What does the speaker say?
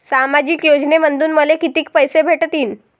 सामाजिक योजनेमंधून मले कितीक पैसे भेटतीनं?